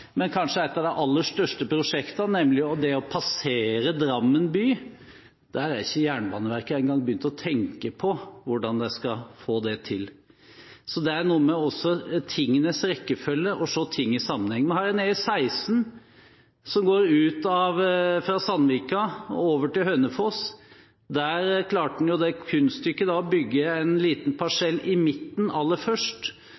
Men kanskje et av de aller største prosjektene, nemlig det å passere Drammen by, har ikke Jernbaneverket engang begynt å tenke på når det gjelder hvordan de skal få det til. Så det er noe også med tingenes rekkefølge og det å se ting i sammenheng. Vi har en E16 som går ut fra Sandvika og over til Hønefoss. Der klarte en jo det kunststykket å bygge en liten